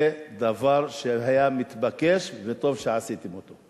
זה דבר שהיה מתבקש וטוב שעשיתם אותו.